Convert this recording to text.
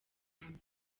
munwa